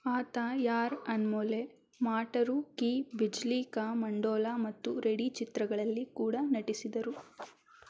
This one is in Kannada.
ಆತ ಯಾರ ಅನ್ಮೊಲೆ ಮಾಟರೂ ಕಿ ಬಿಜ್ಲೀ ಕಾ ಮಂಡೋಲಾ ಮತ್ತು ರೆಡಿ ಚಿತ್ರಗಳಲ್ಲಿ ಕೂಡ ನಟಿಸಿದರು